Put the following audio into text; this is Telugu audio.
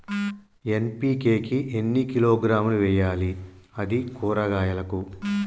ఎన్.పి.కే ని ఎన్ని కిలోగ్రాములు వెయ్యాలి? అది కూరగాయలకు?